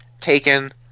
Taken